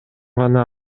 гана